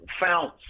found